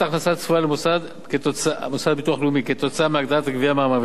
הצפויה למוסד לביטוח לאומי כתוצאה מהגדלת הגבייה מהמעבידים,